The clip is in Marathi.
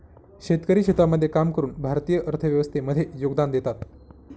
शेतकरी शेतामध्ये काम करून भारतीय अर्थव्यवस्थे मध्ये योगदान देतात